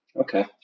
Okay